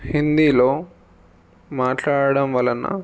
హిందీలో మాట్లాడడం వలన